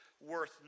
worth